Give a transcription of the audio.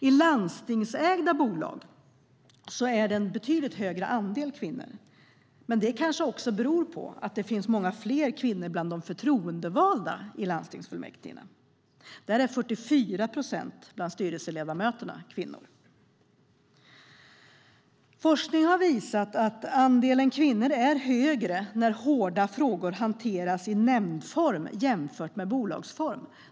I landstingsägda bolag är det en betydligt större andel kvinnor, men det kanske också beror på att det finns många fler kvinnor bland de förtroendevalda i olika landstingsfullmäktige. Där är 44 procent bland styrelseledamöterna kvinnor. Forskning har visat att andelen kvinnor är större när så kallade hårda frågor hanteras i nämndform jämfört med bolagsform.